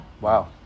Wow